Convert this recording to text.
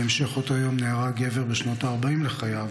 בהמשך אותו יום נהרג גבר בשנות הארבעים לחייו